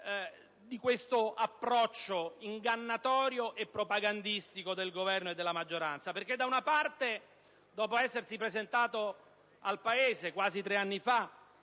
dell'approccio ingannatorio e propagandistico del Governo e della maggioranza. Infatti, dopo essersi presentato al Paese, quasi tre anni fa,